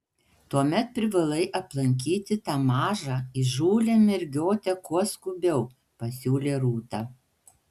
tuomet privalai aplankyti tą mažą įžūlią mergiotę kuo skubiau pasiūlė rūta